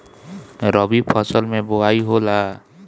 रबी फसल मे बोआई होला?